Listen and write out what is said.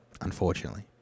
unfortunately